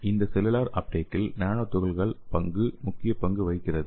இந்த செல்லுலார் அப்டேகில் நானோ துகள் பண்புகள் முக்கிய பங்கு வகிக்கின்றன